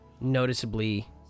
noticeably